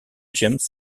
james